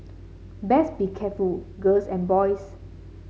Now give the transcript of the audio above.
best be careful girls and boys